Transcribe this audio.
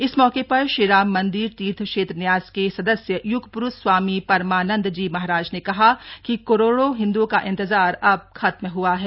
इस मौके पर श्रीराम मंदिर तीर्थ क्षेत्र न्यास के सदस्य यूग प्रुष स्वामी परमानंद जी महाराज ने कहा कि करोड़ों हिंदुओं का इंतजार अब खत्म हआ है